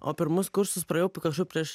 o pirmus kursus praėjau kažkur prieš